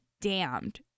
damned